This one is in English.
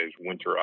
winter